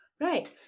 right